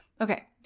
Okay